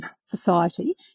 society